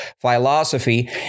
philosophy